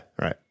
right